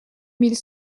mille